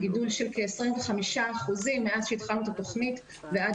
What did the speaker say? גידול של כ-25% מאז שהתחלנו את התכנית ועד